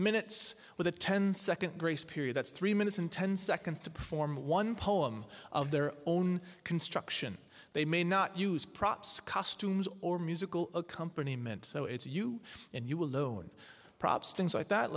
minutes with a ten second grace period that's three minutes and ten seconds to perform one poem of their own construction they may not use props costumes or musical accompaniment so it's you and you alone props things like that